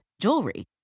jewelry